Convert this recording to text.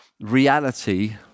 reality